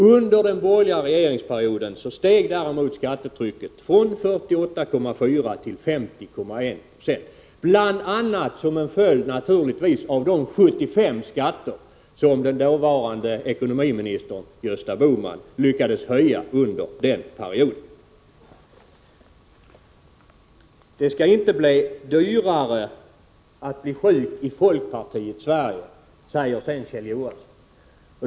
Under den borgerliga regeringsperioden däremot steg skattetrycket från 48,4 till 50,1 96, naturligtvis bl.a. som en följd av de 75 skatter som den dåvarande ekonomiministern Gösta Bohman lyckades höja under perioden. Det skall inte bli dyrare att bli sjuk i folkpartiets Sverige, säger Kjell Johansson.